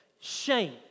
Shame